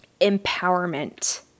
empowerment